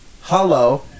Hello